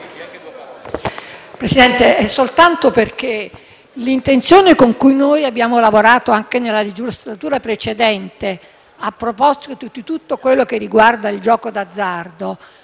Presidente, l'intenzione con cui noi abbiamo lavorato anche nella legislatura precedente, a proposito di tutto quanto riguarda il gioco d'azzardo,